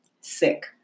sick